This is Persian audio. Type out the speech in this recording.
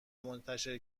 منتشر